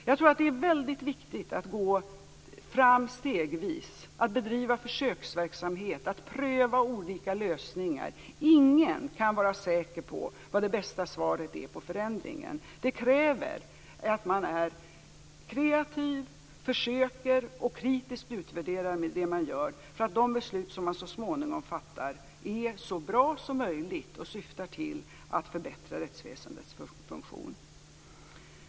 Jag tror att det är mycket viktigt att gå fram stegvis, att bedriva försöksverksamhet och att pröva olika lösningar. Ingen kan vara säker på hur man bäst genomför en förändring. Det kräver att man är kreativ och försöker att kritiskt utvärdera det man gör så att de beslut som man så småningom fattar blir så bra som möjligt och syftar till att förbättra rättsväsendets funktion.